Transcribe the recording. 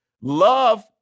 Love